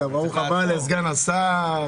ברוך הבא לסגן השר.